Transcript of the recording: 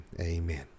Amen